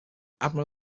admiral